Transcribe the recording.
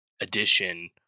edition